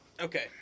Okay